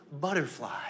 butterfly